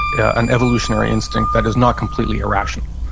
an evolutionary instinct that is not completely irrational,